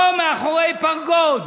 פה, מאחורי פרגוד.